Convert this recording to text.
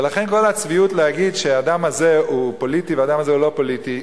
ולכן כל הצביעות להגיד שהאדם הזה הוא פוליטי והאדם הזה הוא לא פוליטי,